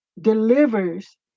delivers